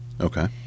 Okay